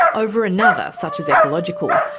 over another, such as ecological,